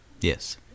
Yes